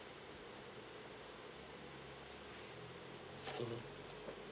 mmhmm